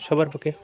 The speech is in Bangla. সবার পক্ষে